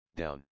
down